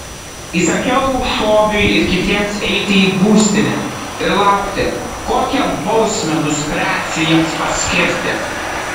įsakiau šobiui ir kitiems eiti į būstinę ir laukti kokią bausmę nuspręsiu jiems paskirti